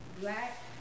black